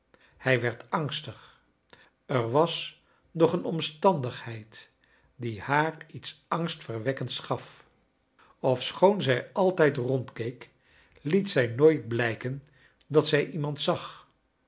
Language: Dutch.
hrj werd angstig er was nog een omstandigheid die haar lets angstverwekkends jmf ofschoon zij altijd rondkeek fiet zij nooit blijken dat zij iemand zag